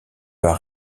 pas